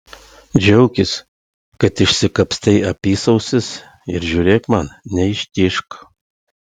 džiaukis kad išsikapstei apysausis ir žiūrėk man neištižk